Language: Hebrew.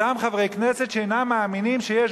אותם חברי כנסת שאינם מאמינים שיש